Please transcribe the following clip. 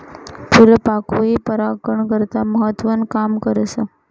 फूलपाकोई परागकन करता महत्वनं काम करस